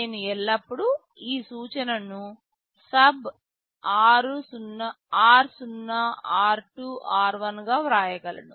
నేను ఎల్లప్పుడూ ఈ సూచనను SUB r0 r2 r1 గా వ్రాయగలను